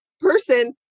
person